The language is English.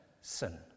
sin